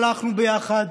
הלכנו ביחד,